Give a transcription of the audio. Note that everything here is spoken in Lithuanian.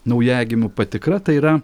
naujagimių patikra tai yra